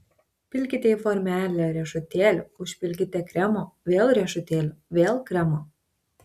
pilkite į formelę riešutėlių užpilkite kremo vėl riešutėlių vėl kremo